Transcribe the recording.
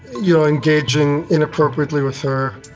you know, engaging inappropriately with her,